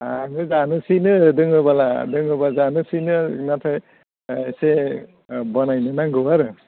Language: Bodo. आङो जानोसैनो दोङोब्लालाय दोङोब्ला जानोसैनो नाथाय एसे बानायनो नांगौ आरो